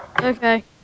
Okay